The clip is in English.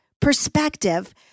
perspective